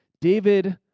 David